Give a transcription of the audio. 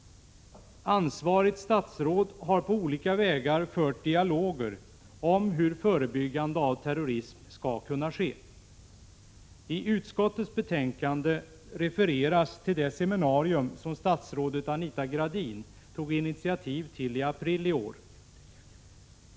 Ansvarigt statsråd har på olika vägar fört dialoger om hur förebyggande av terrorism skall kunna ske. I utskottets betänkande refereras till det seminari ” um som statsrådet Anita Gradin tog initiativ till i aprili år.